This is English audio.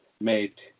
made